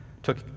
Took